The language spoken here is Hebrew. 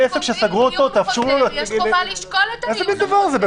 עסק שסגרו אותו --- יש חובה לשקול מחדש את העיון הזה.